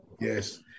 Yes